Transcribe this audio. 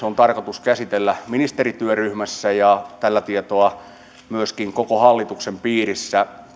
on tarkoitus käsitellä ministerityöryhmässä ja tällä tietoa myöskin koko hallituksen piirissä